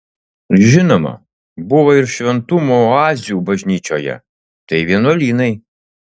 žinoma buvo ir šventumo oazių bažnyčioje tai vienuolynai